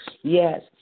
Yes